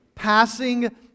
passing